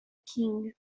king